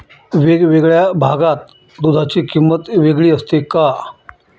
वेगवेगळ्या भागात दूधाची किंमत वेगळी असते का?